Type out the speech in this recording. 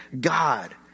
God